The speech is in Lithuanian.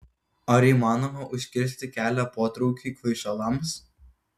ar įmanoma užkirsti kelią potraukiui kvaišalams